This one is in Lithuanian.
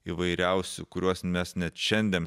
įvairiausių kuriuos mes net šiandien